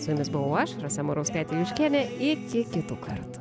su jumis buvau aš rasa murauskaitė juškienė iki kitų kartų